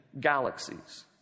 galaxies